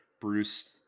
Bruce